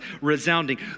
resounding